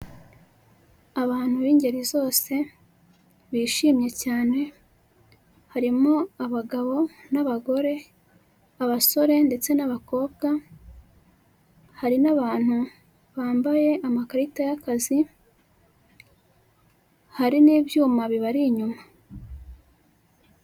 Abantu b'ingeri zose bishimye cyane, harimo; abagabo n'abagore, abasore ndetse n'abakobwa, hari n'abantu bambaye amakarita y'akazi, hari n'ibyuma bibari inyuma.